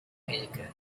elke